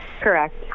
Correct